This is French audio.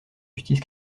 justice